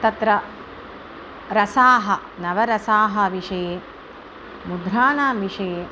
तत्र रसाः नवरसाः विषये मुद्राणां विषये